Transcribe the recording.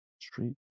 Street